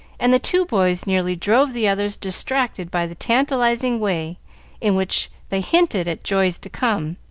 and the two boys nearly drove the others distracted by the tantalizing way in which they hinted at joys to come,